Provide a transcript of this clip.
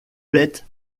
bêtes